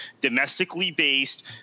domestically-based